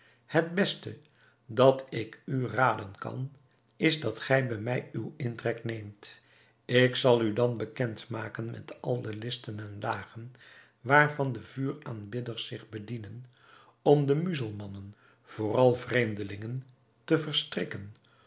het beste dat ik u raden kan is dat gij bij mij uw intrek neemt ik zal u dan bekend maken met al de listen en lagen waarvan de vuuraanbidders zich bedienen om de muzelmannen vooral vreemdelingen te verstrikken